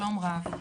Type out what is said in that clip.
שלום רב,